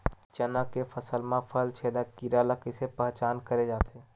चना के फसल म फल छेदक कीरा ल कइसे पहचान करे जाथे?